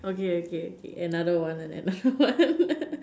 okay okay okay another one and another one